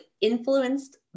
influenced